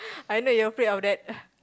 I know you afraid of that